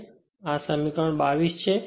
તે આ સમીકરણ 22 છે